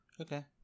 Okay